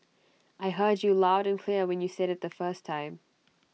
I heard you loud and clear when you said IT the first time